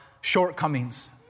shortcomings